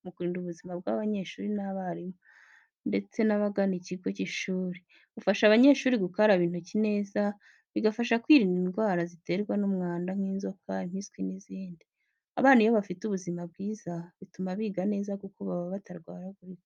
mu kurinda ubuzima bw’abanyeshuri n’abarimu ndetse n'abagana ikigo cy'ishuri, bufasha abanyeshuri gukaraba intoki neza, bigafasha kwirinda indwara ziterwa n’umwanda nk’inzoka, impiswi n’izindi. Abana iyo bafite buzima bwiza bituma biga neza kuko baba batarwaragurika.